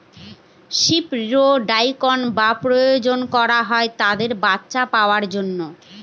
sheep reproduction বা প্রজনন করা হয় তাদের বাচ্চা পাওয়ার জন্য